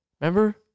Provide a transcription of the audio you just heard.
Remember